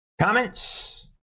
comments